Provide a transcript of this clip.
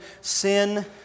sin